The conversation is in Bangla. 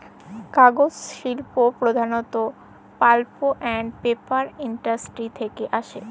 কাগজ শিল্প প্রধানত পাল্প আন্ড পেপার ইন্ডাস্ট্রি থেকে আসে